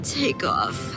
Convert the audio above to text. takeoff